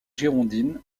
girondine